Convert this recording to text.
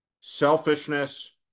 selfishness